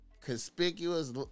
Conspicuous